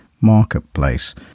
marketplace